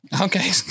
Okay